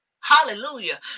Hallelujah